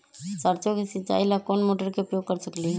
सरसों के सिचाई ला कोंन मोटर के उपयोग कर सकली ह?